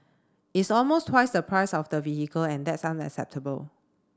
it's almost twice the price of the vehicle and that's unacceptable